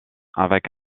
avec